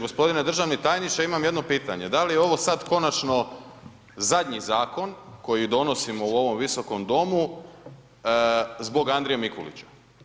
Gospodine državni tajniče, imam jedno pitanje, da li je ovo sad konačno zadnji zakon koji donosimo u ovom Visokom domu zbog Andrije Mikulića?